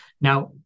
Now